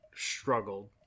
struggled